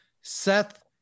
Seth